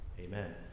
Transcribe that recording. Amen